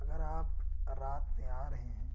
اگر آپ رات میں آ رہے ہیں